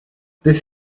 this